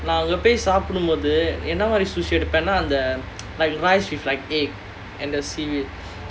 நான் சாப்பிடும் போது என்ன மாதிரி:naan saappidumpothu enna maadhiri sushi எடுப்பேனா:eduppaenaa like rice with like egg and the seaweed